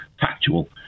Factual